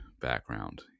background